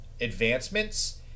advancements